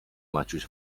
maciuś